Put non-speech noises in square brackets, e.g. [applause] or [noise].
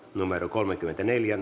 kolmekymmentäneljä [unintelligible]